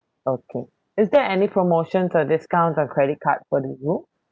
okay is there any promotions or discounts of credit card for the room